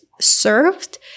served